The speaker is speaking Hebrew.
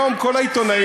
היום כל העיתונאים,